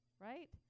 right